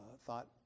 thought